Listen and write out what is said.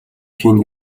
хийнэ